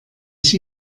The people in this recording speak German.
ich